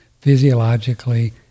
physiologically